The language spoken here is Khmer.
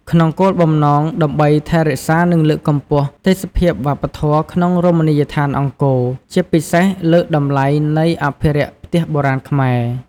ក្នុងគោលបំណងដើម្បីថែរក្សានិងលើកកម្ពស់ទេសភាពវប្បធ៌មក្នុងរមណីយដ្ឋានអង្គរ ជាពិសេសលើកតម្លៃនិងអភិរក្សផ្ទះបុរាណខ្មែរ។